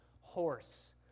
horse